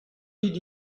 did